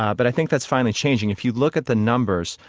but i think that's finally changing. if you look at the numbers,